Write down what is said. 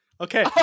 Okay